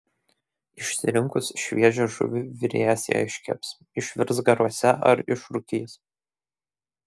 išsirinkus šviežią žuvį virėjas ją iškeps išvirs garuose ar išrūkys